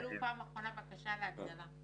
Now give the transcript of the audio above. מתי קיבלו פעם אחרונה בקשה להגדלה?